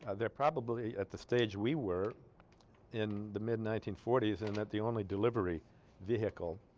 they're probably at the stage we were in the mid-nineteen forties in that the only delivery vehicle